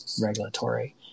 regulatory